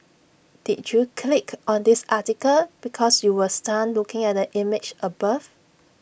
did you click on this article because you were stunned looking at the image above